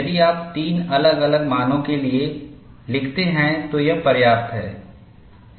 यदि आप 3 अलग अलग मानों के लिए लिखते हैं तो यह पर्याप्त है